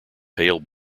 pale